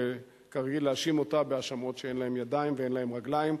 וכרגיל להאשים אותה בהאשמות שאין להן ידיים ואין להן רגליים.